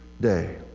day